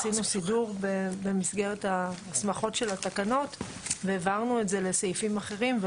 עשינו סידור במסגרת ההסמכות של התקנות והעברנו את זה לסעיפים אחרים.